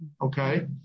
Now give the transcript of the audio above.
okay